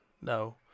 no